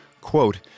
quote